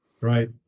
Right